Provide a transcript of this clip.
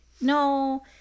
no